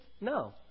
No